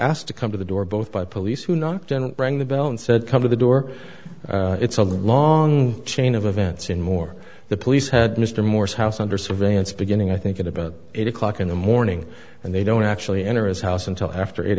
asked to come to the door both by police who knocked and rang the bell and said come to the door it's a long chain of events in moore the police had mr morris house under surveillance beginning i think at about eight o'clock in the morning and they don't actually enter is house until after eight